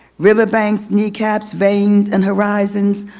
riverbank, kneecaps, veins, and horizons.